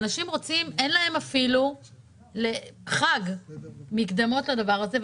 לאנשים אין אפילו מקדמות לדבר הזה.